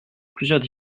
plusieurs